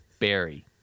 Barry